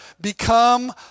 become